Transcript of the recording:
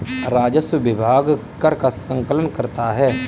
राजस्व विभाग कर का संकलन करता है